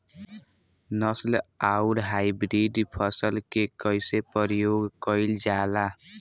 नस्ल आउर हाइब्रिड फसल के कइसे प्रयोग कइल जाला?